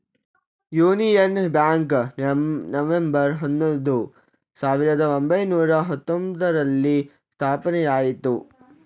union Bank November ಹನ್ನೊಂದು, ಸಾವಿರದ ಒಂಬೈನೂರ ಹತ್ತೊಂಬ್ತರಲ್ಲಿ ಸ್ಥಾಪನೆಯಾಯಿತು